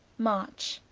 march.